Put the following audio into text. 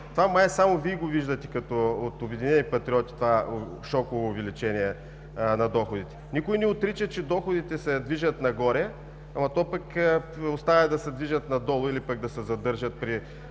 Това май само Вие го виждате – от „Обединени патриоти“, шоковото увеличение на доходите. Никой не отрича, че доходите се движат нагоре, но пък остава да се движат надолу, или да се задържат, при